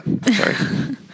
Sorry